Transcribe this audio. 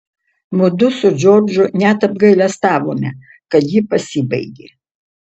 mudu su džordžu net apgailestavome kad ji pasibaigė